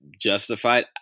justified